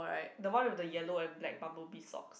the one with the yellow and black bumblebee sock